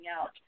out